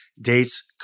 dates